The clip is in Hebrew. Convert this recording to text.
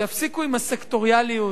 שיפסיקו עם הסקטוריאליות.